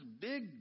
big